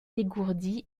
dégourdi